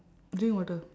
drink water